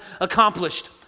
accomplished